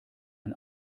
ein